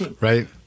Right